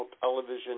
television